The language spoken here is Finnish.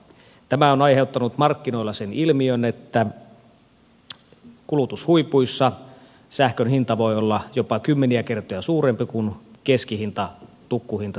tämä on aiheuttanut markkinoilla sen ilmiön että kulutushuipuissa sähkön hinta voi olla jopa kymmeniä kertoja suurempi kuin keskihinta tukkuhinta sähköpörssissä